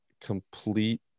complete